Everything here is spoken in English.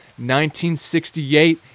1968